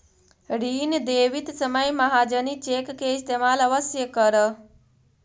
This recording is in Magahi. ऋण देवित समय महाजनी चेक के इस्तेमाल अवश्य करऽ